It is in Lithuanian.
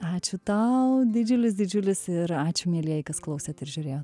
ačiū tau didžiulis didžiulis ir ačiū mielieji kas klausėt ir žiūrėjo